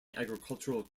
agricultural